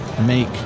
make